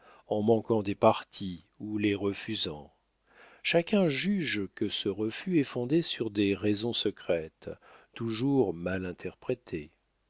en manquant des partis ou les refusant chacun juge que ce refus est fondé sur des raisons secrètes toujours mal interprétées